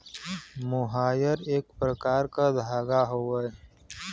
मोहायर एक प्रकार क धागा हउवे